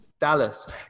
dallas